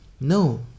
No